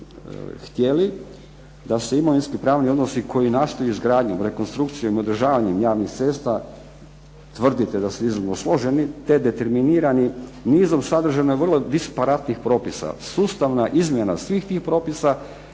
htjeli da se imovinski pravni odnosi koji nastaju izgradnjom, rekonstrukcijom, održavanjem javnih cesta tvrdite da su iznimno složeni, te determinirani nizom …/Govornik se ne razumije./… vrlo disparatnih propisa. Sustavna izmjena svih tih propisa